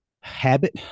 habit